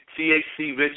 THC-rich